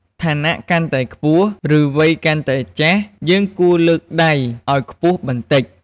ឋានៈកាន់តែខ្ពស់ ឬវ័យកាន់តែចាស់ យើងគួរលើកដៃឱ្យខ្ពស់បន្តិច។